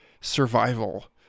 survival